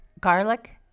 garlic